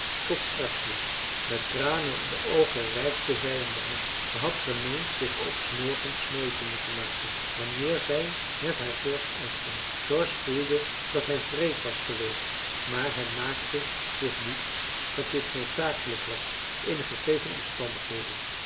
tot straks dus met tranen in de oogen reikte zij hem de hand zij had gemeend zich ook s morgens mooi te moeten maken wanneer zij met haar george uitging george voelde dat hij wreed was geweest maar hij maakte zich diets dat dit noodzakelijk was in de gegeven omstandigheden